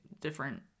different